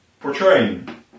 portraying